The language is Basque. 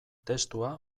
testua